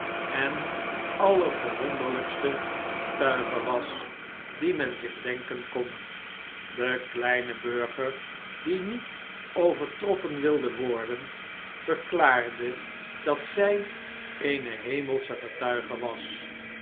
en allerverwonderlpste getuige was die men zich denken kon de kleine burger die niet overtroffen wilde worden verklaarde dat zij eene hemelsche getuige was